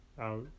out